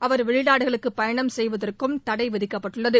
அவர் வெளிநாடுகளுக்கு பயணம் செய்வதற்கும் தடை விதிக்கப்பட்டுள்ளது